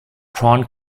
prawn